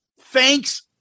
Thanks